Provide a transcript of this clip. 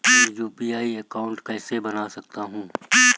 मैं UPI account कैसे बना सकता हूं?